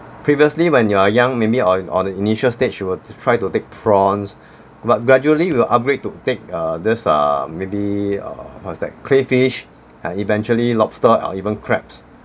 previously when you are young maybe or or in the initial stage you would try to take prawns but gradually you will upgrade to take uh this uh maybe uh what's that crayfish and eventually lobster or even crabs